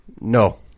No